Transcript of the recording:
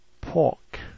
pork